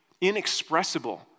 inexpressible